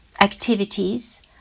activities